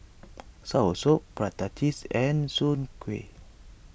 Soursop Prata Cheese and Soon Kuih